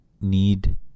need